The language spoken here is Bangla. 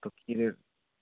তো ক্ষীরের